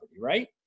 right